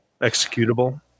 executable